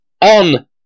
on